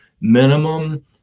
minimum